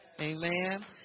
amen